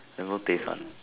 never pay fund